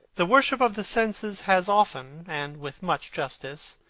the worship of the senses has often, and with much justice,